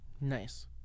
nice